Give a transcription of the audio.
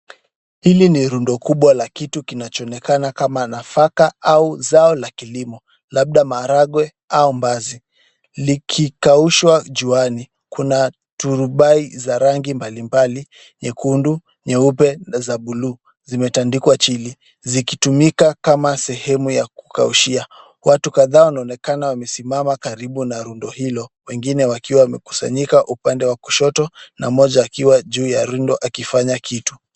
Hili ni rundo kubwa la kitu kinachoonekana kama nafaka au zao la kilimo, labda maharagwe au mbaazi. Likikaushwa juani, kuna turubai za rangi mbalimbali, nyekundu, nyeupe, na za buluu, zimetandikwa chini zikitumika kama sehemu ya kukaushia. Watu kadhaa wanaonekana wamesimama karibu na rundo hilo, wengine wakiwa wamekusanyika upande wa kushoto na mmoja akiwa juu ya rundo akifanya kitu.